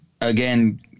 again